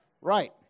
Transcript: Right